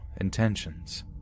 intentions